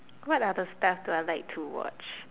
what are the stuff that I like to watch